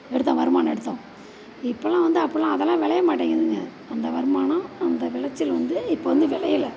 எடுத்தோம் வருமானம் எடுத்தோம் இப்போல்லாம் வந்து அப்படில்லாம் அதெல்லாம் விளையமாட்டிங்கிதுங்க அந்த வருமானம் அந்த விளச்சல் வந்து இப்போ வந்து விளையல